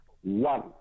one